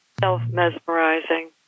Self-mesmerizing